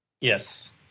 yes